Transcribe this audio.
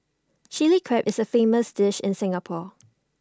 Chilli Crab is A famous dish in Singapore